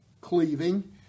cleaving